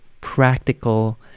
practical